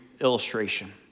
illustration